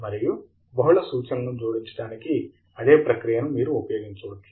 మరియు బహుళ సూచనలను జోడించడానికి అదే ప్రక్రియను మీరు ఉపయోగించవచ్చు